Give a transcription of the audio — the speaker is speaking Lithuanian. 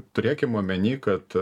turėkim omeny kad